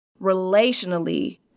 relationally